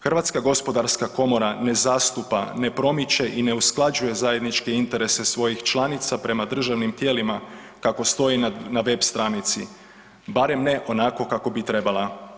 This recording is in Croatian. Hrvatska gospodarska komora ne zastupa, ne promiče i ne usklađuje zajedničke interese svojih članica prema državnim tijelima kako stoji na web stranici, barem ne onako kako bi trebala.